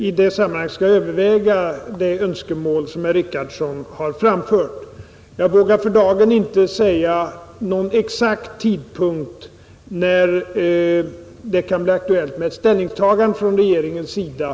I det sammanhanget skall jag överväga det önskemål som herr Richardson har framfört. Jag vågar för dagen inte nämna någon exakt tidpunkt för när det kan bli aktuellt med ett ställningstagande från regeringens sida.